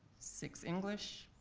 six english,